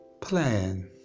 Plan